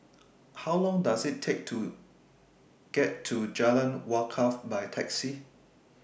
How Long Does IT Take to get to Jalan Wakaff By Taxi